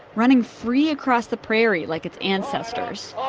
running free across the prairie like its ancestors.